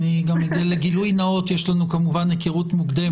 גילוי נאות, יש לנו היכרות מוקדמת,